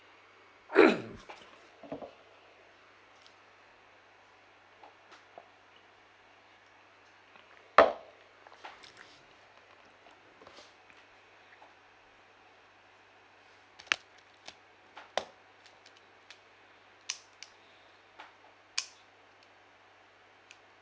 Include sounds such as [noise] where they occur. [coughs] [noise]